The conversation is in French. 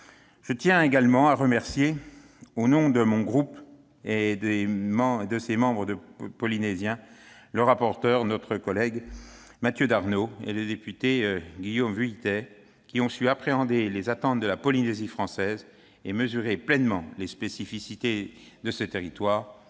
Je tiens également à remercier, au nom de mon groupe et particulièrement de ses membres polynésiens, notre collègue Mathieu Darnaud et le député Guillaume Vuilletet, qui ont su appréhender les attentes de la Polynésie française et mesurer pleinement les spécificités de ce territoire.